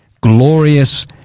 Glorious